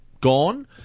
gone